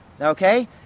okay